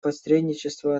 посредничества